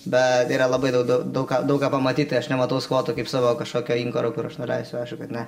bet yra labai daug daug ką daug ką pamatyt tai aš nematau skvoto kaip savo kažkokio inkaro kur aš nuleisiu aišku kad ne